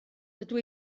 dydw